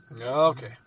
okay